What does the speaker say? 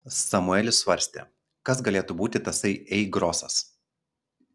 samuelis svarstė kas galėtų būti tasai ei grosas